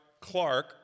Clark